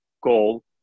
goal